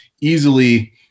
easily